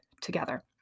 together